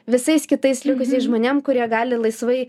visais kitais likusiais žmonėm kurie gali laisvai